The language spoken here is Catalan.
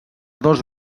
dos